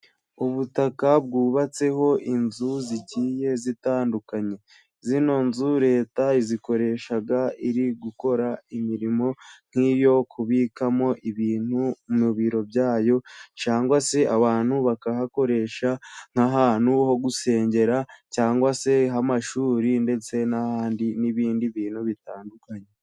Ubutaka bwubatseho inzu zigiye zitandukanye. Zino nzu Leta izikoreshaga iri gukora imirimo nk'iyo kubikamo ibintu mu biro byayo, cyangwa se abantu bakahakoresha nk'ahantu ho gusengera, cyangwa se h'amashuri ndetse n'ahandi, n'ibindi bintu bitandukanye.